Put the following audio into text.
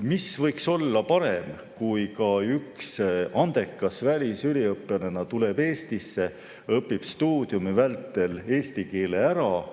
Mis võiks olla parem, kui üks andekas välisüliõpilane tuleb Eestisse, õpib stuudiumi vältel eesti keele ära